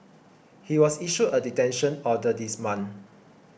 he was issued a detention order this month